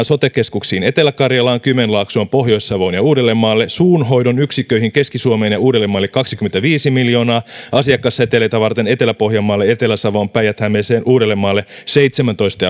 sote keskuksiin etelä karjalaan kymenlaaksoon pohjois savoon ja uudellemaalle neljäkymmentäyksi miljoonaa suunhoidon yksikköihin keski suomeen ja uudellemaalle kaksikymmentäviisi miljoonaa asiakasseteleitä varten etelä pohjanmaalle etelä savoon päijät hämeeseen uudellemaalle seitsemäntoista